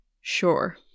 Sure